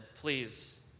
please